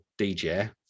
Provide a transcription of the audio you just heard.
DJ